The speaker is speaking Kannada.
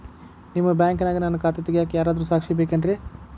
ನಿಮ್ಮ ಬ್ಯಾಂಕಿನ್ಯಾಗ ನನ್ನ ಖಾತೆ ತೆಗೆಯಾಕ್ ಯಾರಾದ್ರೂ ಸಾಕ್ಷಿ ಬೇಕೇನ್ರಿ?